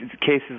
cases